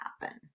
happen